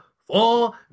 four